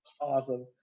awesome